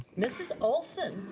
mrs. olson.